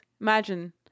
imagine